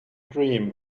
dream